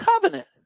covenant